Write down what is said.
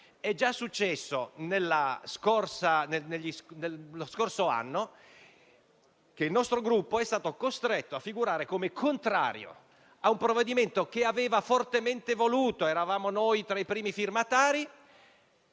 È già successo lo scorso anno che il nostro Gruppo sia stato costretto a figurare come contrario a un provvedimento, che aveva fortemente voluto e di cui era tra i primi firmatari,